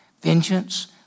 Vengeance